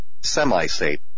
semi-safe